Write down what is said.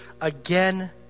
again